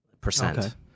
percent